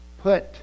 put